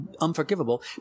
unforgivable